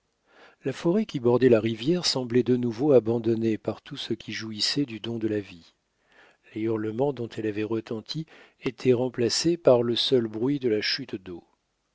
la forêt qui bordait la rivière semblait de nouveau abandonnée par tout ce qui jouissait du don de la vie les hurlements dont elle avait retenti étaient remplacés par le seul bruit de la chute d'eau